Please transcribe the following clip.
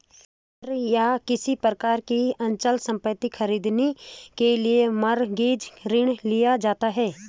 घर या किसी प्रकार की अचल संपत्ति खरीदने के लिए मॉरगेज ऋण लिया जाता है